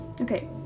Okay